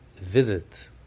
visit